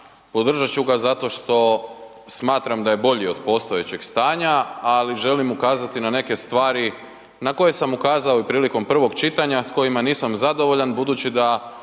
Podržat ću ga zato što smatram da je bolji od postojećeg stanja, ali želim ukazati na neke stvari na koje sam ukazao i prilikom prvog čitanja s kojima nisam zadovoljan budući da